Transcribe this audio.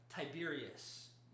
Tiberius